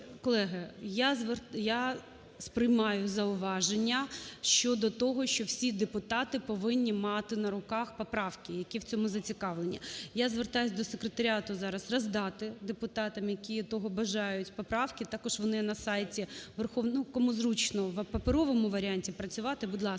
Колеги, я сприймаю зауваження щодо того, що всі депутати повинні мати на руках поправки, які в цьому зацікавлені. Я звертаюся до секретаріату, зараз роздати депутатам які того бажають поправки, також вони на сайті… Ну, кому зручно в паперовому варіанті працювати, будь ласка.